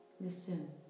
Listen